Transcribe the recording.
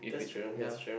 that's true that's true